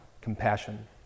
compassion